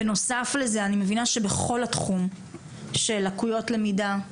בנוסף לזה אני מבינה שבכל התחום של לקויות למידה,